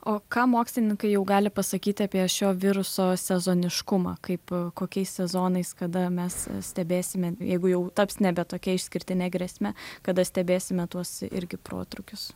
o ką mokslininkai jau gali pasakyti apie šio viruso sezoniškumą kaip kokiais sezonais kada mes stebėsime jeigu jau taps nebe tokia išskirtine grėsme kada stebėsime tuos irgi protrūkius